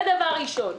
זה דבר ראשון.